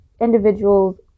individuals